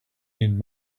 need